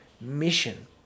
mission